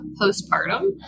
postpartum